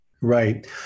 Right